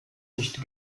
nicht